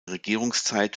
regierungszeit